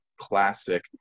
classic